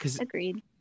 Agreed